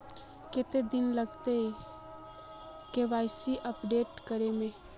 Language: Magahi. कते दिन लगते के.वाई.सी अपडेट करे में?